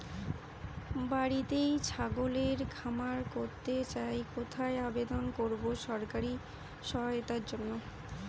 বাতিতেই ছাগলের খামার করতে চাই কোথায় আবেদন করব সরকারি সহায়তার জন্য?